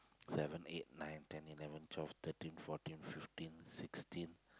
seven eight nine ten eleven twelve thirteen fourteen fifteen sixteen